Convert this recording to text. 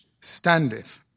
standeth